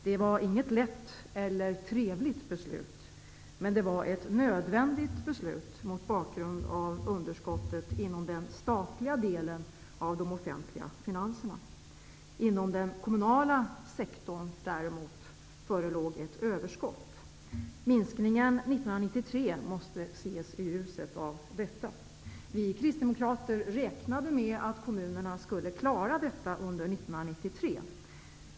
Det var inget lätt eller trevligt beslut, men det var ett nödvändigt beslut mot bakgrund av underskottet inom den statliga delen av de offentliga finanserna. Inom den kommunala sektorn däremot - förelåg ett överskott. Minskningen under år 1993 måste ses i ljuset av detta. Vi kristdemokrater räknade med att kommunerna skulle klara detta under 1993.